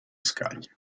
scaglie